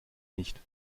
nicht